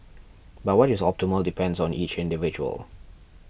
but what is optimal depends on each individual